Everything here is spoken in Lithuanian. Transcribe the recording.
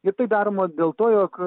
ir tai daroma dėl to jog